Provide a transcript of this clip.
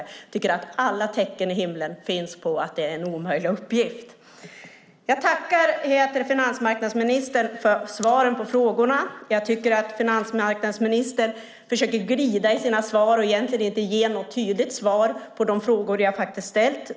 Jag tycker att alla tecken i himlen visar att det är en omöjlig uppgift. Jag tackar finansmarknadsministern för svaren på frågorna. Jag tycker att finansmarknadsministern försöker glida i sina svar och egentligen inte ger något tydligt svar på de frågor som jag har ställt.